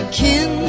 kin